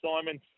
Simon